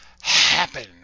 happen